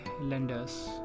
lenders